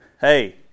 hey